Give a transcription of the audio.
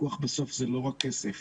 הפיקוח בסוף זה לא רק כסף,